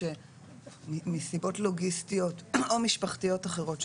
שמסיבות לוגיסטיות או משפחתיות אחרות,